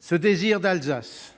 Ce « désir d'Alsace »,